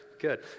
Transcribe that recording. good